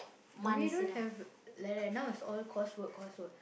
we don't have like that now is all course work course work